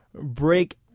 break